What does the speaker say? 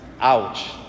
Ouch